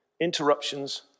interruptions